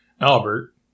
Albert